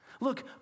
Look